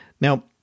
Now